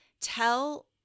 tell